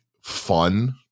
fun